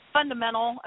fundamental